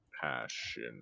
passion